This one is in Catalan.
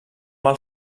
mal